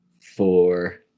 Four